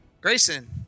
Grayson